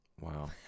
Wow